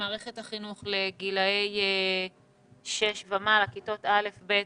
מערכת החינוך לגילאי 6 ומעלה, כיתות א', ב',